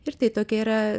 ir tai tokia yra